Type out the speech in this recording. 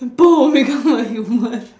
boom become a human